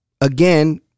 again